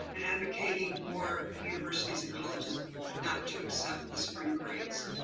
and advocating for universities and colleges not to accept the spring grades.